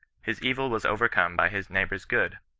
his evil was overcome by his neighbour's good,